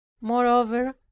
Moreover